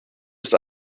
ist